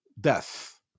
death